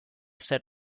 set